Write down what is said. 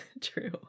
True